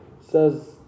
Says